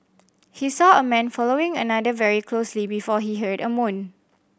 he saw a man following another very closely before he heard a moan